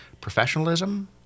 professionalism